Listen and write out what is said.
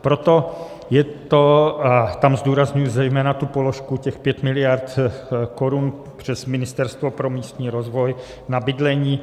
Proto tam zdůrazňuji zejména tu položku těch 5 mld. korun přes Ministerstvo pro místní rozvoj na bydlení.